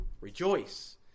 rejoice